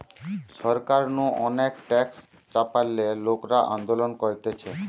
সরকার নু অনেক ট্যাক্স চাপালে লোকরা আন্দোলন করতিছে